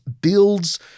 builds